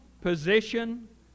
position